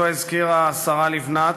שאותו הזכירה השרה לבנת,